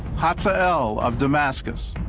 hafa el of damascus.